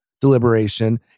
deliberation